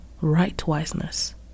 right-wiseness